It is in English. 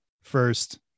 first